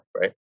right